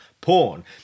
porn